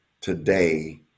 today